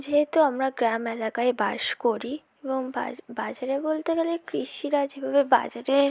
যেহেতু আমরা গ্রাম এলাকায় বাস করি এবং বাজারে বলতে গেলে কৃষিরা যেভাবে বাজারে